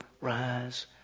rise